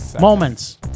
moments